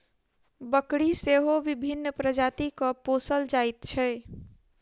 बकरी सेहो विभिन्न प्रजातिक पोसल जाइत छै